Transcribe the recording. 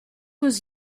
was